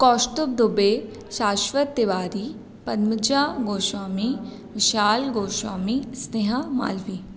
Kaustubh Dubey Shashwat Tiwari Padmaja Goswami Vishal Goswami Sneha Malviya